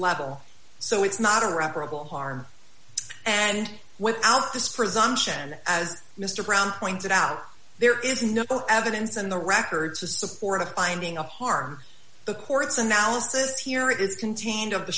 level so it's not a robbery harm and without this presumption as mr brown pointed out there is no evidence in the records to support a finding a harm the court's analysis here is contained of the